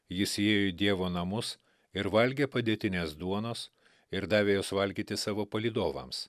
jis įėjo į dievo namus ir valgė padėtinės duonos ir davė jos valgyti savo palydovams